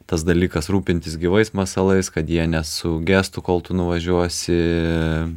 tas dalykas rūpintis gyvais masalais kad jie nesugestų kol tu nuvažiuosi